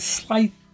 slight